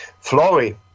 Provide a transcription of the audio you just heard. Flory